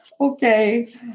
okay